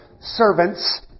servants